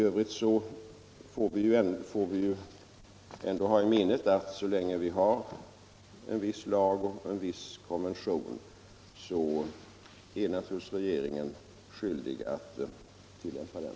231 I övrigt vill jag bara säga att så länge vi har en viss lag eller en viss konvention, så är regeringen skyldig att tillämpa den.